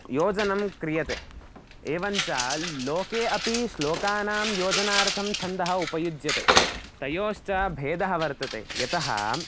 योजनं क्रियते एवं च लोके अपि श्लोकानां योजनार्थं छन्दः उपयुज्यते तयोश्च भेदः वर्तते यतः